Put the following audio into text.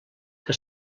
que